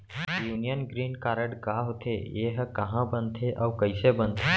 Union green card का होथे, एहा कहाँ बनथे अऊ कइसे बनथे?